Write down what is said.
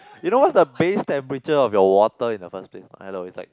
you know what's the base temperature of your water in the first place hello it's like